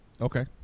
Okay